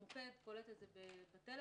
המוקד קולט את זה בטלפון.